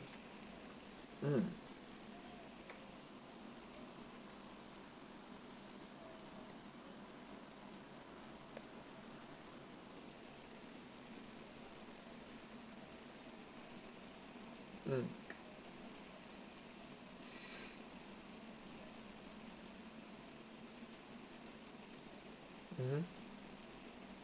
mm mm mmhmm